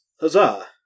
Huzzah